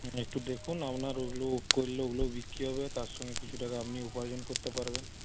হ্যাঁ একটু দেখুন আপনার ওগুলো করলে ওগুলোও বিক্রি হবে তার সঙ্গে কিছু টাকা আপনি উপার্জন করতে পারবেন